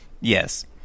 Yes